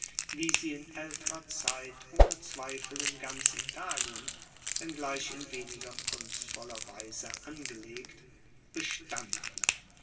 wie sie in aelterer zeit ohne zweifel in ganz italien wenngleich in weniger kunstvoller weise angelegt bestanden